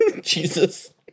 Jesus